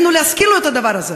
עלינו להזכיר לו את הדבר הזה.